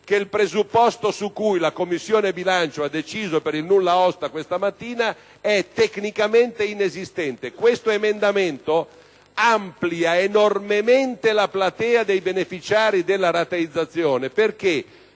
che il presupposto su cui la Commissione bilancio ha deciso per il nulla osta questa mattina è tecnicamente inesistente. Questo emendamento amplia enormemente la platea dei beneficiari della rateizzazione, perché